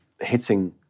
hitting